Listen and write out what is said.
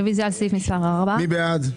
רוויזיה על סעיף מספר 4. מי בעד?